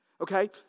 Okay